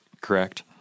correct